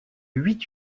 huit